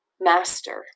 master